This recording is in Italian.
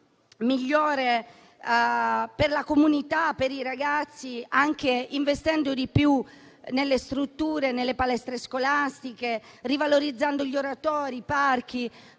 migliore per la comunità e i ragazzi, investendo di più nelle strutture, nelle palestre scolastiche, rivalorizzando gli oratori e i parchi.